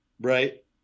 right